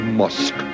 musk